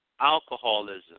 alcoholism